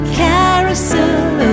carousel